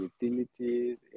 utilities